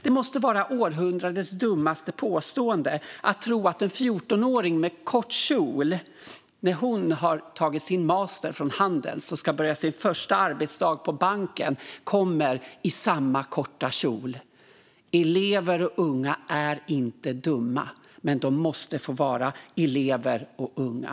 Det måste vara århundradets dummaste påstående att tro att en 14-åring med kort kjol när hon har tagit sin master från Handels och ska börja sin första arbetsdag på banken kommer i samma korta kjol. Elever och unga är inte dumma. Men de måste få vara elever och unga.